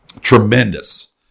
tremendous